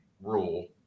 rule